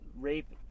rape